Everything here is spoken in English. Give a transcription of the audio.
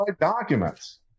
documents